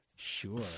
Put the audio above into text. Sure